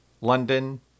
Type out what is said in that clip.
London